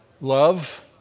Love